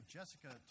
Jessica